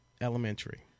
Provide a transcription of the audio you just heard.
elementary